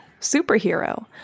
superhero